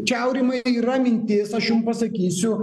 čia aurimai yra mintis aš jum pasakysiu